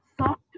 soft